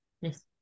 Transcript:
Yes